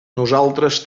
nosaltres